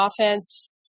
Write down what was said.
offense